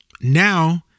Now